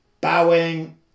Bowing